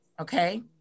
okay